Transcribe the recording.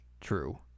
True